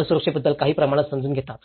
असुरक्षांबद्दल काही प्रमाणात समजून घेतात